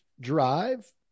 drive